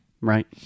Right